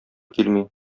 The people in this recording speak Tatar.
килми